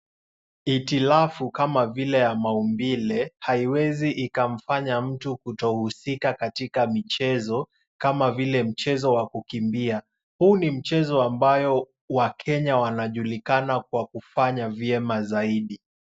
Hitilafu kama vile ya maumbile haiwezi ikamfanya mtu kutohusika katika mchezo kama vile michezo wa kukimbia. Huu ni mchezo ambayo wakenya wanajulikana kwa kufanya vyema zaidi.